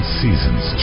seasons